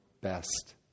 best